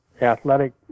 athletic